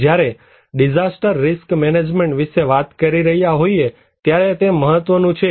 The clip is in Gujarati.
જ્યારે ડિઝાસ્ટર રિસ્ક મેનેજમેન્ટ વિશે વાત કરી રહ્યા હોઈએ ત્યારે તે મહત્વનું છે